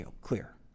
clear